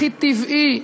הכי טבעי,